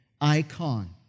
icon